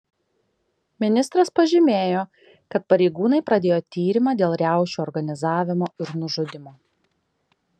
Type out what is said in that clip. ministras pažymėjo kad pareigūnai pradėjo tyrimą dėl riaušių organizavimo ir nužudymo